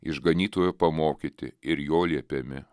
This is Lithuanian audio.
išganytojo pamokyti ir jo liepiami